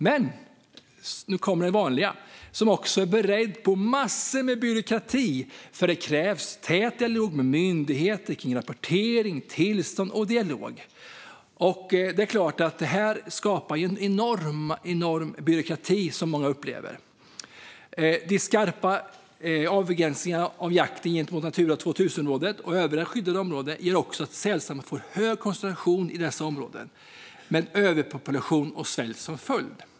Men - nu kommer det vanliga - jägaren måste också vara beredd på massor av byråkrati, för det krävs tät dialog med myndigheter kring rapportering, tillstånd med mera. De skarpa avgränsningarna av jakten gentemot Natura 2000-områden och övriga skyddade områden gör också att sälstammarna får hög koncentration i dessa områden, med överpopulation och svält som följd.